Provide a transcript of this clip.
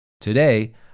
Today